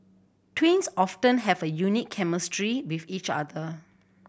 twins often have a unique chemistry with each other